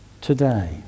today